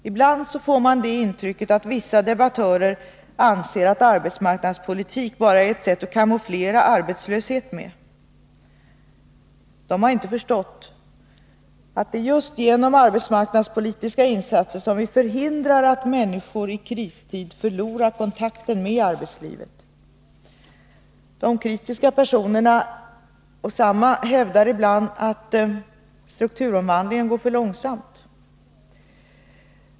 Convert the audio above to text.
Ibland får man intrycket att vissa debattörer anser att arbetsmarknadspolitik bara är ett sätt att kamouflera arbetslöshet med. De har inte förstått att det är just genom arbetsmarknadspolitiska insatser som vi förhindrar att människor i kristid förlorar kontakten med arbetslivet. De kritiska personerna hävdar ibland att strukturomvandlingen går för långsamt.